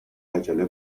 عجله